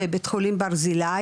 בבית חולים ברזילאי,